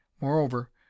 Moreover